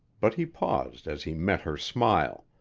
but he paused as he met her smile.